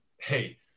hey